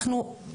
אנחנו,